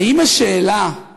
האם השאלה של